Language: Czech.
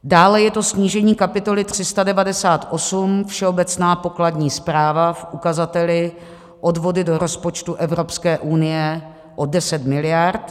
Dále je to snížení kapitoly 398 Všeobecná pokladní správa v ukazateli odvody do rozpočtu do Evropské unie o 10 mld.